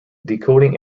decoding